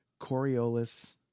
Coriolis